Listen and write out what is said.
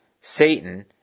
Satan